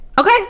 Okay